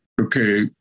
Okay